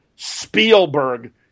Spielberg